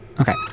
Okay